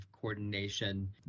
coordination